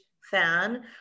fan